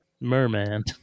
Merman